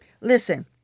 Listen